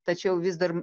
tačiau vis dar